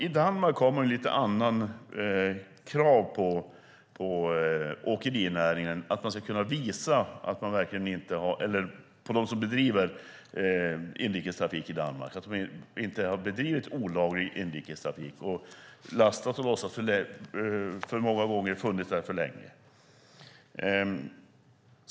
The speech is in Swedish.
I Danmark har man lite andra krav på dem som bedriver inrikestrafik. De ska kunna visa att de inte har bedrivit olaglig inrikestrafik och lastat och lossat för många gånger och funnits där för länge.